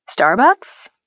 starbucks